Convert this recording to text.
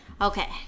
Okay